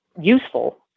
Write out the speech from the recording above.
useful